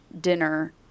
dinner